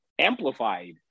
amplified